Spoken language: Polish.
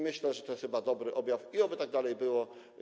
Myślę, że to jest chyba dobry objaw i oby tak dalej było.